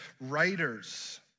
writers